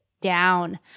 down